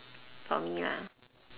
for me lah